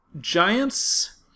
giants